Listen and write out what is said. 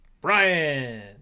brian